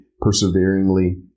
perseveringly